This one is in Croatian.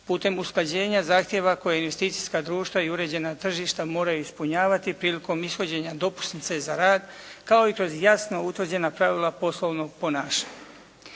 putem usklađenja zahtjeva koje investicijska društva i uređena tržišta moraju ispunjavati prilikom ishođenja dopusnice za rad kao i kroz jasno utvrđena pravila poslovnog ponašanja.